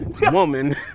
woman